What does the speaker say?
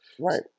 right